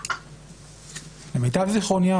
למיטב זכרוני,